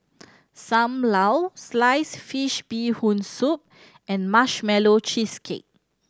Sam Lau sliced fish Bee Hoon Soup and Marshmallow Cheesecake